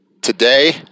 Today